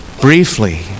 briefly